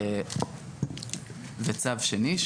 וצו שני,